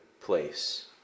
place